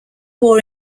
war